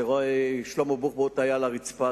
ששלמה בוחבוט היה על הרצפה,